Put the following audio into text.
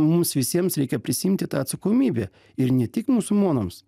mums visiems reikia prisiimti tą atsakomybę ir ne tik musulmonams